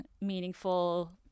meaningful